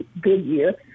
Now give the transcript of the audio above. Goodyear